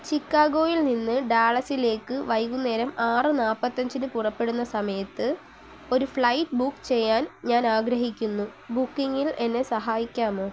ചിക്കാഗോയിൽ നിന്ന് ഡാളസിലേക്ക് വൈകുന്നേരം ആറ് നാല്പത്തഞ്ചിന് പുറപ്പെടുന്ന സമയത്ത് ഒരു ഫ്ലൈറ്റ് ബുക്ക് ചെയ്യാൻ ഞാൻ ആഗ്രഹിക്കുന്നു ബുക്കിംഗിൽ എന്നെ സഹായിക്കാമോ